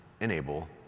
enable